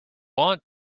want